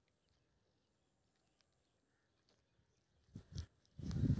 एकर उपयोग वस्तु अथवा सेवाक खरीद लेल कैल जा सकै छै